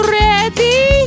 ready